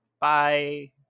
bye